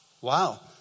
Wow